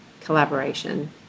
collaboration